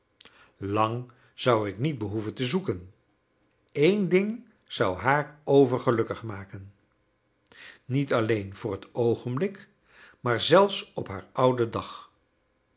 lang zou ik niet behoeven te zoeken eén ding zou haar overgelukkig maken niet alleen voor het oogenblik maar zelfs op haar ouden dag